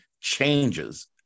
changes